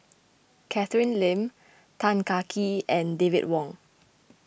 Catherine Lim Tan Kah Kee and David Wong